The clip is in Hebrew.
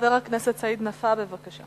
חבר הכנסת סעיד נפאע, בבקשה.